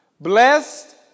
Blessed